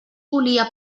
volia